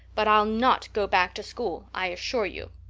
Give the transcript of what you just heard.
but i will not go back to school, i assure you.